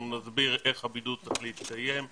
אנחנו נסביר איך הבידוד צריך להתקיים.